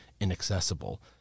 inaccessible